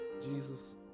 Jesus